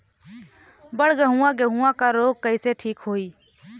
बड गेहूँवा गेहूँवा क रोग कईसे ठीक होई?